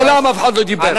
מעולם אף אחד לא דיבר.